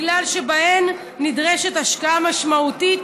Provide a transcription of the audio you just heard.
כי בהן נדרשת השקעה משמעותית